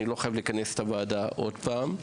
אני לא חייב לכנס את הוועדה עוד פעם,